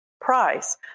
price